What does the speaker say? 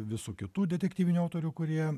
visų kitų detektyvinių autorių kurie